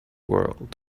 world